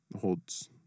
holds